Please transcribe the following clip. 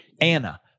Anna